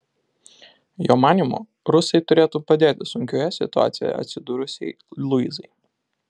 jo manymu rusai turėtų padėti sunkioje situacijoje atsidūrusiai luizai